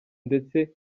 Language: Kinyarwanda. ndetse